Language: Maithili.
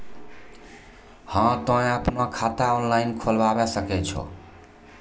हाँ तोय आपनो खाता ऑनलाइन खोलावे सकै छौ?